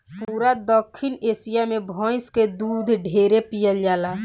पूरा दखिन एशिया मे भइस के दूध ढेरे पियल जाला